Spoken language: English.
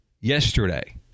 yesterday